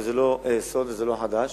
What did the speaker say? וזה לא סוד וזה לא חדש,